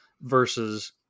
versus